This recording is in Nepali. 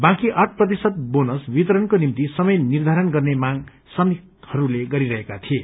बाँकी आठ प्रतिशत बोनस वितरणको निम्ति समय निध्यरण गन्ने मांग श्रमिकहरूले गरिरहेका थिए